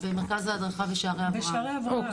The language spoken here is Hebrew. במרכז ההדרכה ב"שערי אברהם",